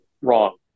wrong